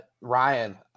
Ryan